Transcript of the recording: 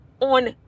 on